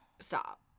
Stop